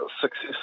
success